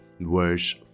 verse